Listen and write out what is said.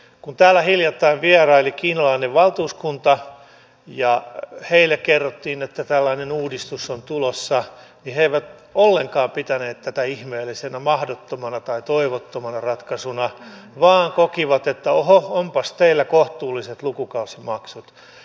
kun täällä hiljattain vieraili kiinalainen valtuuskunta ja heille kerrottiin että tällainen uudistus on tulossa niin he eivät ollenkaan pitäneet tätä ihmeellisenä mahdottomana tai toivottomana ratkaisuna vaan kokivat että oho onpas teillä kohtuulliset lukukausimaksut